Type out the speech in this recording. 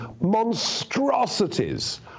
monstrosities